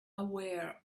aware